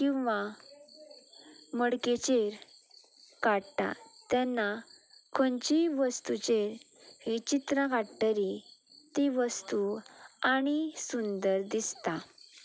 किंवां मडकेचेर काडटा तेन्ना खंयचेय वस्तुचेर हीं चित्रां काडटलीं ती वस्तू आनी सुंदर दिसता